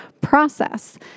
process